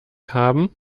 haben